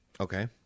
Okay